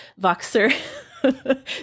Voxer